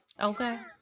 Okay